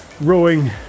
rowing